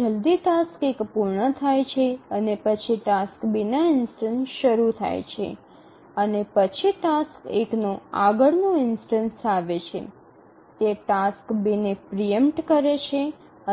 જલદી ટાસ્ક ૧ પૂર્ણ થાય છે અને પછી ટાસ્ક ૨ ના ઇન્સ્ટનસ શરૂ થાય છે અને પછી ટાસ્ક ૧ નો આગળનો ઇન્સ્ટનસ આવે છે તે ટાસ્ક ૨ ને પ્રિ ઈમ્પટ કરે છે